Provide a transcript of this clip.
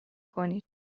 کنید